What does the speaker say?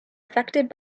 affected